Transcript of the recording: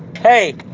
hey